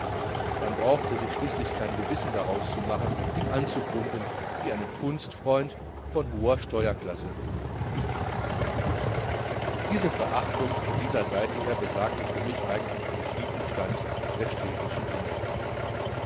man brauchte sich schließlich kein gewissen daraus zu machen ihn anzupumpen wie einen kunstfreund von hoher steuerklasse diese verachtung von dieser seite her besagte für mich eigentlich den tiefsten stand der stilpischen dinge